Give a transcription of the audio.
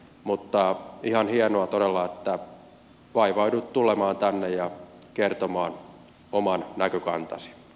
mutta ihan hienoa todella että vaivauduit tulemaan tänne ja kertomaan oman näkökantasi